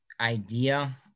idea